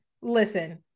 listen